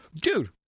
dude